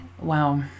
wow